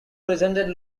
resented